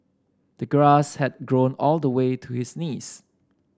the grass had grown all the way to his knees